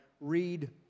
read